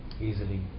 easily